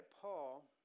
Paul